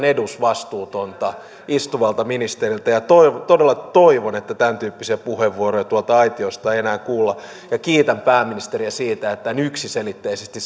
edesvastuutonta istuvalta ministeriltä ja todella toivon että tämäntyyppisiä puheenvuoroja tuolta aitiosta ei enää kuulla ja kiitän pääministeriä siitä että hän yksiselitteisesti